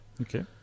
okay